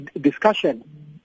discussion